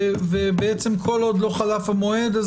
ובעתם כל עוד לא חלף המועד,